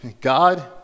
God